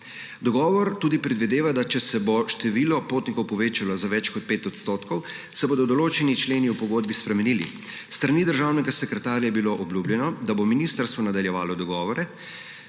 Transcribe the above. Dogovor tudi predvideva, da če se bo število potnikov povečalo za več kot 5 %, se bodo določeni členi v pogodbi spremenili. S strani državnega sekretarja je bilo obljubljeno, da bo ministrstvo nadaljevalo dogovore